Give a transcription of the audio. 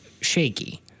shaky